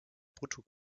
brutto